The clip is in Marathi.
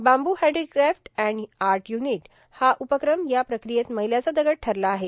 बांबू हँडीक्राफ्ट अँड आट र्य्यानट हा उपक्रम या प्रक्रियेत मैलाचा दगड ठरला आहे